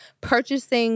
purchasing